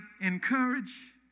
encourage